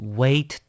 wait